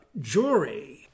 Jury